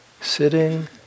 sitting